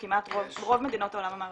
כמעט ברוב מדינות העולם המערבי?